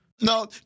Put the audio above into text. No